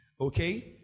okay